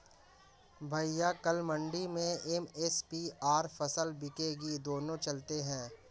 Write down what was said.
भैया कल मंडी में एम.एस.पी पर फसल बिकेगी दोनों चलते हैं